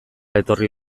etorri